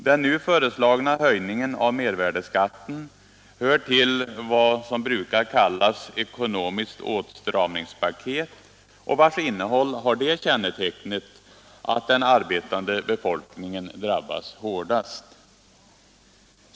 Den nu föreslagna höjningen av mervärdeskatten hör till vad som brukar kallas ekonomiskt åtstramningspaket och vars innehåll har det kännetecknet att den arbetande befolkningen drabbas hårdast.